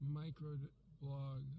micro-blog